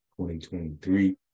2023